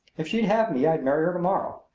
if she'd have me i'd marry her to-morrow,